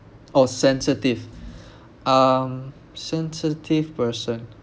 oh sensitive um sensitive person